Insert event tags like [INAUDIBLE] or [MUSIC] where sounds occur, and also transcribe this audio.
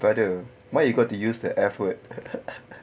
brother why you got to use the F word [LAUGHS]